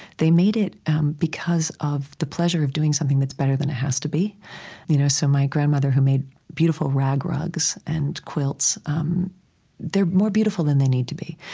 they made it um because of the pleasure of doing something that's better than it has to be you know so my grandmother, who made beautiful rag rugs and quilts um they're more beautiful than they need to be.